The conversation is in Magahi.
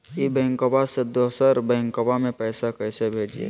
ई बैंकबा से दोसर बैंकबा में पैसा कैसे भेजिए?